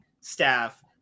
staff